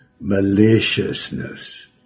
maliciousness